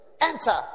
enter